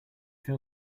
feel